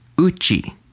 Uchi